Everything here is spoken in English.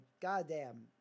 goddamn